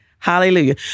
Hallelujah